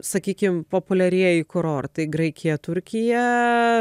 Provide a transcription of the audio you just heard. sakykim populiarieji kurortai graikija turkija